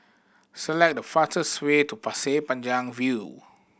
select the fastest way to Pasir Panjang View